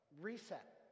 reset